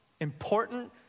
important